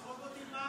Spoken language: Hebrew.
תהרוג אותי, מה הקשר?